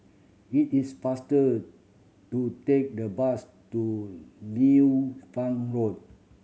it is faster to take the bus to Liu Fang Road